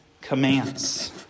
commands